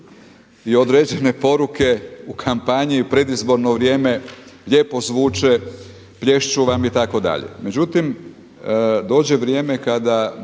i određene poruke u kampanji u predizborno vrijeme lijepo zvuče, plješću vam itd.